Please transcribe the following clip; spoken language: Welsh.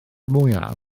mwyaf